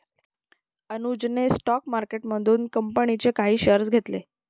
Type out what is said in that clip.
अनुजने स्टॉक मार्केटमधून कंपनीचे काही शेअर्स घेतले